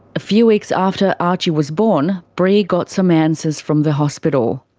a few weeks after archie was born, bree got some answers from the hospital.